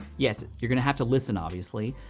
yes, you're gonna have to listen, obviously,